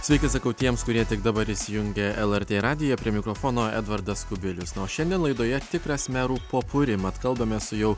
sveiki sakau tiems kurie tik dabar įsijungė lrt radiją prie mikrofono edvardas kubilius nu o šiandien laidoje tikras merų popuri mat kalbame su jau